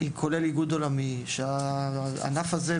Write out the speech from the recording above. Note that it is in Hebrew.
שכולל איגוד עולמי; הענף הזה,